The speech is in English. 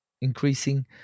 increasing